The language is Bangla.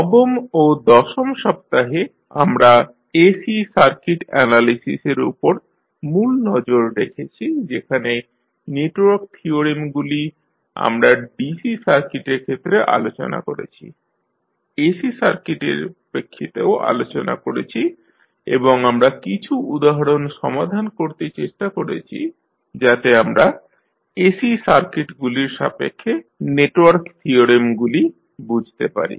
নবম ও দশম সপ্তাহে আমরা AC সার্কিট অ্যানালিসিসের উপর মূল নজর রেখেছি যেখানে নেটওয়ার্ক থিওরেমগুলি আমরা DC সার্কিটের ক্ষেত্রে আলোচনা করেছি AC সার্কিটের প্রেক্ষিতেও আলোচনা করেছি এবং আমরা কিছু উদাহরণ সমাধান করতে চেষ্টা করেছি যাতে আমরা AC সার্কিটগুলির সাপেক্ষে নেটওয়ার্ক থিওরেমগুলি বুঝতে পারি